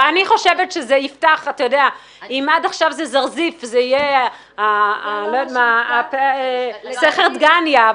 אם את עכשיו זה זרזיף, זה יהיה סכר דגניה.